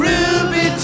Ruby